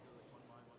front-line